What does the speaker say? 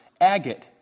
agate